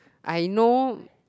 I know